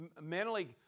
mentally